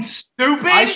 stupid